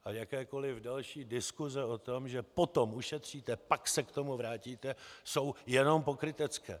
A jakékoli další diskuse o tom, že potom ušetříte, pak se k tomu vrátíte, jsou jenom pokrytecké.